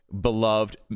beloved